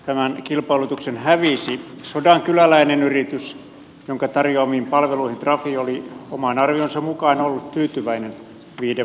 tämän kilpailutuksen hävisi sodankyläläinen yritys jonka tarjoamiin palveluihin trafi oli oman arvionsa mukaan ollut tyytyväinen viiden vuoden ajan